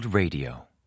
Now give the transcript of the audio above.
Radio